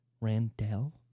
Randell